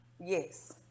Yes